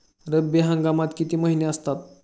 रब्बी हंगामात किती महिने असतात?